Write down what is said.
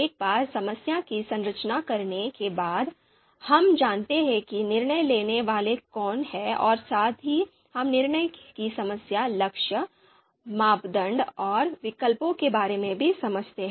एक बार समस्या की संरचना करने के बाद हम जानते हैं कि निर्णय लेने वाले कौन हैं और साथ ही हम निर्णय की समस्या लक्ष्य मापदंड और विकल्पों के बारे में भी समझते हैं